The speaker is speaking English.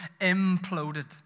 imploded